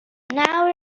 nawr